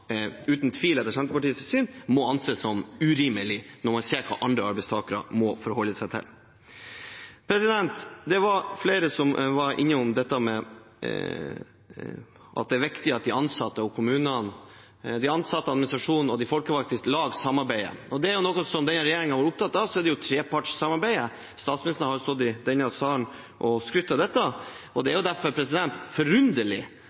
uten tvil må anses som urimelig, når man ser hva andre arbeidstakere må forholde seg til. Det var flere som var innom at det er viktig at de ansatte i administrasjonen og de folkevalgte samarbeider. Er det noe denne regjeringen har vært opptatt av, så er det trepartssamarbeidet. Statsministeren har jo stått i denne salen og skrytt av det. Det er derfor forunderlig